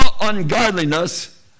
ungodliness